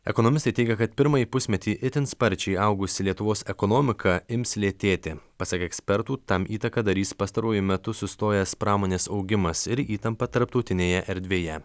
ekonomistai teigia kad pirmąjį pusmetį itin sparčiai augusi lietuvos ekonomika ims lėtėti pasak ekspertų tam įtaką darys pastaruoju metu sustojęs pramonės augimas ir įtampa tarptautinėje erdvėje